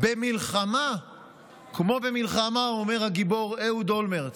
במלחמה כמו במלחמה, אומר הגיבור אהוד אולמרט.